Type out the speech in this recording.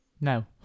No